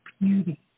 beauty